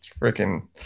freaking